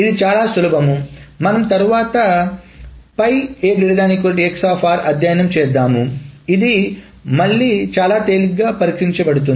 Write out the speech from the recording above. ఇది చాలా సులభం మనం తరువాత అధ్యయనం చేద్దాము మరియు ఇది మళ్ళీ చాలా తేలికగా పరిష్కరించబడుతుంది